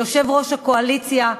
ליושב-ראש הקואליציה,